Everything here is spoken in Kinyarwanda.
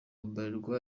bralirwa